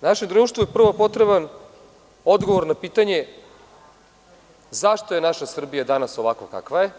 Našem društvu je prvo potreban odgovor na pitanje zašto je naša Srbija danas onakva kakva je,